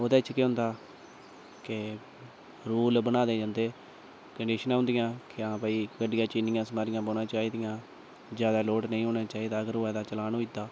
ओह्दै च केह् होंदा कि रूल बनाए दे होंदे कंडिशनां होंदियां कि हां भाई गड्डी च इन्नियां सवारियां बौह्ना चाहिदियां जैदा लोह्ड़ नेईं होना चाहिदा अगर होए ते चलान होई जंदा